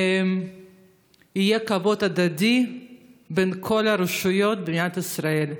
ויהיה כבוד הדדי בין כל הרשויות במדינת ישראל,